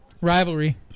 Rivalry